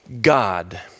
God